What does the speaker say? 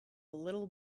little